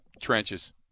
trenches